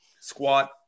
squat